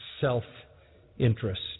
self-interest